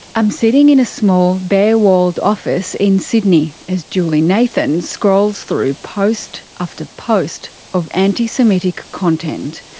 i'm sitting in a small bare-walled office in sydney as julie nathan scrolls through post after post of anti-semitic content.